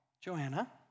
Joanna